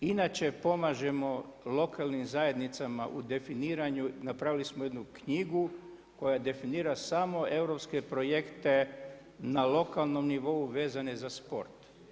Inače pomažemo lokalnim zajednicama u definiranju, napravili smo jednu knjigu koja definira samo europske projekte na lokalnom nivou vezane za sport.